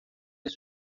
les